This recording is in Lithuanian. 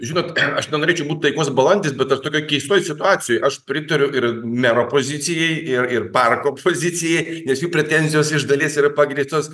žinot aš nenorėčiau būt taikos balandis bet aš tokioj keistoj situacijoj aš pritariu ir mero pozicijai ir ir parko pozicijai nes jų pretenzijos iš dalies yra pagrįstos